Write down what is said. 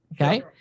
Okay